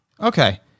okay